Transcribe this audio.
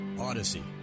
Odyssey